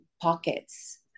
pockets